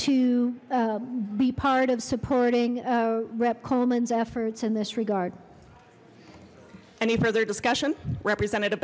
o be part of supporting rep coleman's efforts in this regard any further discussion representative